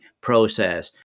process